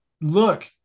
look